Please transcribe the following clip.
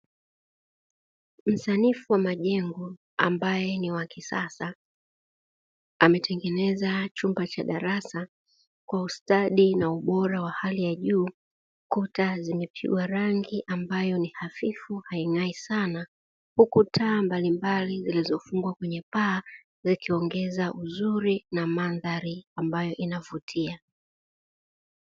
Msanifu wa majengo ambaye ni wa kisasa, ametengeneza chumba cha darasa kwa ustadi na ubora wa hali ya juu, kuta zimepigwa rangi ambayo ni hafifu haing'ai sana, huku taa mbalimbali zilizofungwa kwenye paa zikiongeza uzuri na mandhari ambayo inavutia.